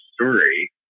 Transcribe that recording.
story